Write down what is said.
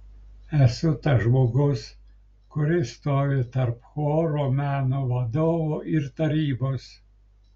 esu tas žmogus kuris stovi tarp choro meno vadovo ir tarybos